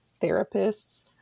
therapists